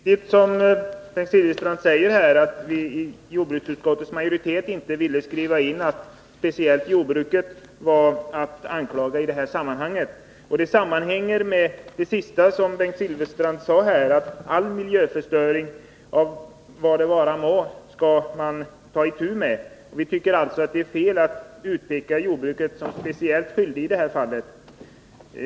Herr talman! Det är riktigt som Bengt Silfverstrand säger, att vi i jordbruksutskottets majoritet inte ville skriva in att speciellt jordbruket var att anklaga i det här sammanhanget. Det sammanhänger med det senaste som Bengt Silfverstrand sade, om att socialdemokraterna skall ta itu med all miljöförstöring. Vi tycker alltså att det är fel att utpeka jordbruket som speciellt skyldigt i det här fallet.